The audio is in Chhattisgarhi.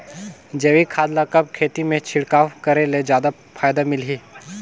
जैविक खाद ल कब खेत मे छिड़काव करे ले जादा फायदा मिलही?